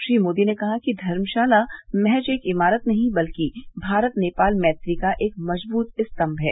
श्री मोदी ने कहा कि धर्मशाला महज एक इमारत नहीं है बल्कि भारत नेपाल मैत्री का एक मजबूत स्तंब है